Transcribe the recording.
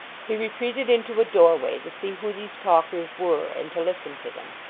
he retreated into a doorway to see who these talkers were, and to listen to them.